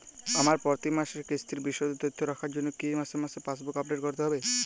আমার প্রতি মাসের কিস্তির বিশদ তথ্য রাখার জন্য কি মাসে মাসে পাসবুক আপডেট করতে হবে?